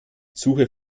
suche